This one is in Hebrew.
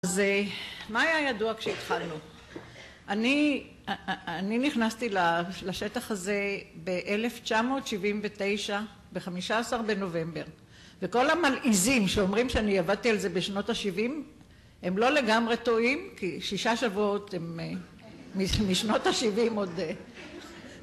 אז מה היה ידוע כשהתחלנו? אני נכנסתי לשטח הזה ב-1979 ב-15 בנובמבר, וכל המלעיזים שאומרים שאני עבדתי על זה בשנות ה-70 הם לא לגמרי טועים, כי שישה שבועות הם משנות ה-70 עוד